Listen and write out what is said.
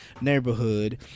Neighborhood